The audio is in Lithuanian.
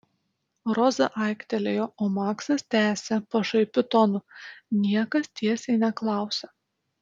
roza aiktelėjo o maksas tęsė pašaipiu tonu niekas tiesiai neklausia